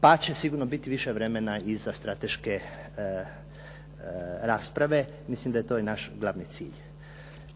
pa će sigurno biti više vremena i za strateške rasprave, mislim da je to i naš glavni cilj.